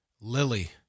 Lily